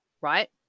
right